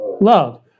love